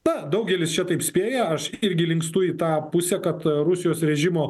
na daugelis čia taip spėja aš irgi linkstu į tą pusę kad rusijos režimo